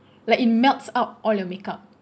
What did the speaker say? like it melts out all your makeup